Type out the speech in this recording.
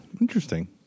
Interesting